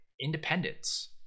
independence